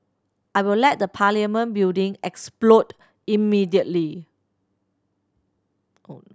I will let the Parliament building explode immediately